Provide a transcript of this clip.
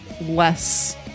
less